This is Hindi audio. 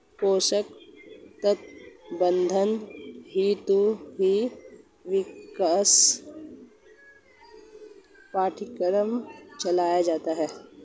पोषक तत्व प्रबंधन हेतु ही विशेष पाठ्यक्रम चलाया जाता है